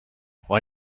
why